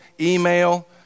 email